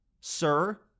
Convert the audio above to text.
sir